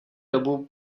dobu